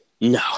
No